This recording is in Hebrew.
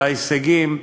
וכן ההישגים,